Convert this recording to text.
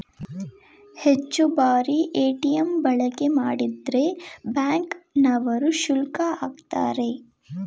ಹೆಚ್ಚು ಬಾರಿ ಎ.ಟಿ.ಎಂ ಬಳಕೆ ಮಾಡಿದ್ರೆ ಬ್ಯಾಂಕ್ ನವರು ಶುಲ್ಕ ಆಕ್ತರೆ